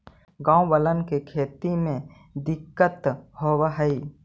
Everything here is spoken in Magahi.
गाँव वालन के खेती में दिक्कत होवऽ हई